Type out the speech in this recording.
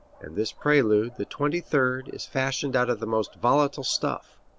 and this prelude, the twenty-third, is fashioned out of the most volatile stuff.